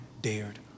dared